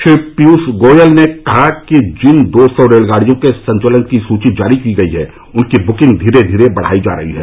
श्री पीयूष गोयल ने कहा कि जिन दो सौ रेलगाड़ियों के संचालन की सूची जारी की गई है उनकी बुकिंग धीरे धीरे बढ़ाई जा रही है